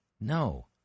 No